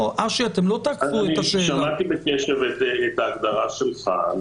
אני שמעתי בקשב את ההגדרה שלך.